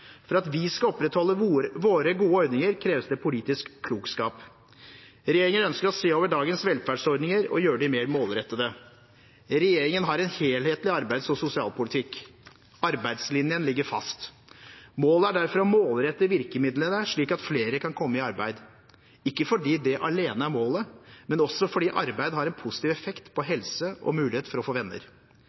For at vi skal opprettholde våre gode ordninger, kreves det politisk klokskap. Regjeringen ønsker å se over dagens velferdsordninger og gjøre dem mer målrettede. Regjeringen har en helhetlig arbeids- og sosialpolitikk. Arbeidslinjen ligger fast. Målet er derfor å målrette virkemidlene slik at flere kan komme i arbeid, ikke fordi det alene er målet, men også fordi arbeid har en positiv effekt på helse og muligheten for å få venner.